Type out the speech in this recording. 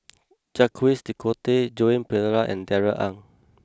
Jacques de Coutre Joan Pereira and Darrell Ang